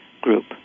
group